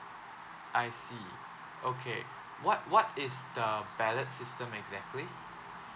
I see okay what what is the ballot system exactly